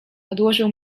odłożył